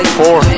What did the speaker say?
four